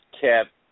kept